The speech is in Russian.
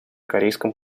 корейском